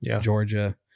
Georgia